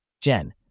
Jen